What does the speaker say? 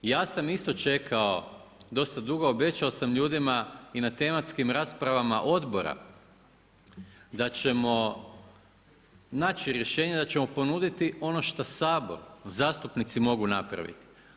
Ja sam isto čekao dosta dugo, obećao sam ljudima i na tematskim raspravama odbora da ćemo naći rješenje, da ćemo ponuditi ono šta Sabor zastupnici mogu napraviti.